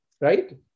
right